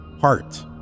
heart